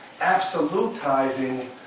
absolutizing